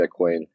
Bitcoin